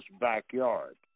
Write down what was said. backyard